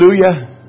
Hallelujah